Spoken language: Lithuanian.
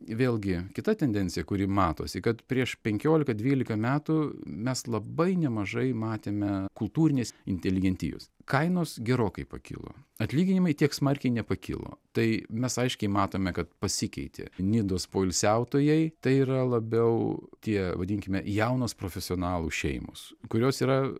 vėlgi kita tendencija kuri matosi kad prieš penkiolika dvylika metų mes labai nemažai matėme kultūrinės inteligentijos kainos gerokai pakilo atlyginimai tiek smarkiai nepakilo tai mes aiškiai matome kad pasikeitė nidos poilsiautojai tai yra labiau tie vadinkime jaunos profesionalų šeimos kurios yra